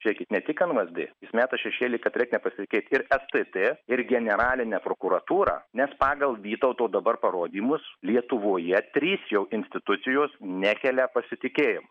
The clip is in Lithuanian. žiūrėkit ne tik ant vsd jis meta šešėlį kad reikia nepasitikėt ir stt ir generaline prokuratūrą nes pagal vytauto dabar parodymus lietuvoje trys jau institucijos nekelia pasitikėjimo